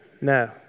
No